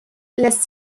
lässt